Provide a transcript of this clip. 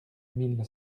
mille